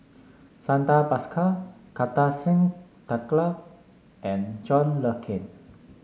Santha Bhaskar Kartar Singh Thakral and John Le Cain